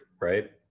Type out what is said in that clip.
right